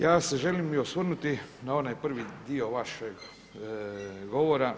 Ja se želim osvrnuti na onaj prvi dio vašeg govora.